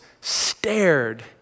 stared